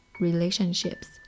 relationships